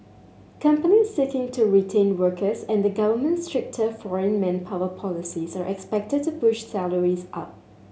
companies seeking to retain workers and the government's stricter foreign manpower policies are expected to push salaries up